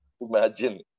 imagine